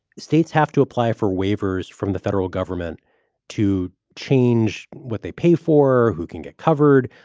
states have to apply for waivers from the federal government to change what they pay for. who can get covered?